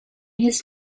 his